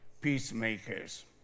peacemakers